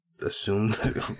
assumed